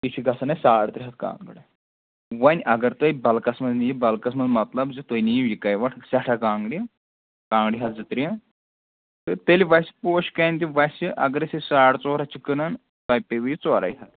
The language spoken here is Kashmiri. یہِ چھِ گژھان اَسہِ ساڑ ترٛےٚ ہَتھ کانٛگٕر وۅنۍ اگر تۄہہِ بَلکَس منٛز نِیِو بَلکَس منٛز مطلب زِ تُہۍ نِیِو یِکوَٹہٕ سیٚٹھاہ کانٛگٕرِ کانٛگٕرِ ہَتھ زٕ ترٛےٚ تہٕ تیٚلہِ وَسہِ پوشہِ کانہِ تہِ وَسہِ اگرَے أسۍ ساڑ ژور ہَتھ چھِ کٕنان تۄہہِ پیٚیِوٕ یہِ ژورَے ہَتھ